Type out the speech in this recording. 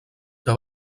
que